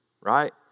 right